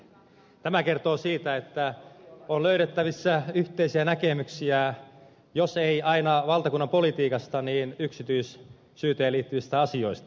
tämä kertoo siitä että on löydettävissä yhteisiä näkemyksiä jos ei aina valtakunnan politiikasta niin yksityisyyteen liittyvistä asioista